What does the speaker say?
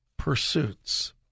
pursuits